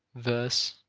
verse,